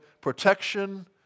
protection